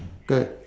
third